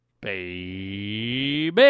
baby